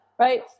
Right